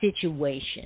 situation